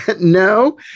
No